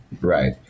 Right